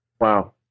Wow